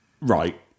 Right